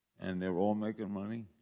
and they're all making money?